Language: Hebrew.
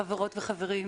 חברות וחברים,